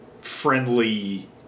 friendly